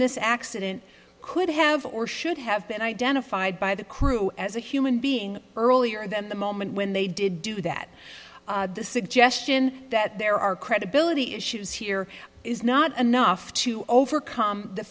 this accident could have or should have been identified by the crew as a human being earlier that the moment when they did do that the suggestion that there are credibility issues here is not enough to overcome the